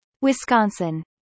Wisconsin